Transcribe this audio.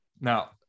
Now